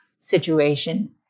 situation